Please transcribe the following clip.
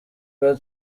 bwa